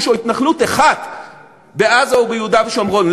או התנחלות אחת בעזה וביהודה ושומרון,